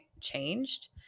changed